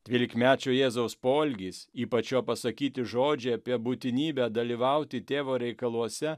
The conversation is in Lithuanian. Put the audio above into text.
dvylikmečio jėzaus poelgis ypač jo pasakyti žodžiai apie būtinybę dalyvauti tėvo reikaluose